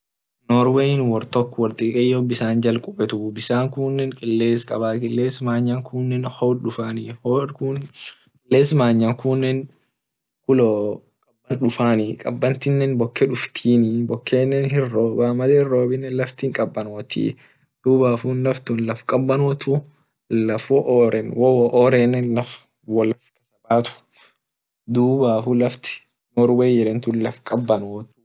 Norway wor tok dikeyo bisan jal kubetuu